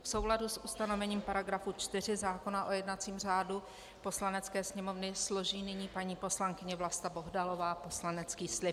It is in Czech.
V souladu s ustanovením § 4 zákona o jednacím řádu Poslanecké sněmovny složí nyní paní poslankyně Vlasta Bohdalová poslanecký slib.